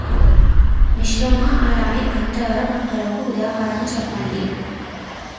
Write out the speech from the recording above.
మిశ్రమ అలానే అంతర పంటలకు ఉదాహరణ చెప్పండి?